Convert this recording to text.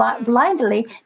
blindly